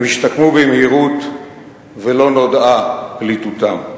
הם השתקמו במהירות ולא נודעה פליטותם.